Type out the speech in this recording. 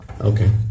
Okay